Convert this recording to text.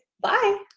Bye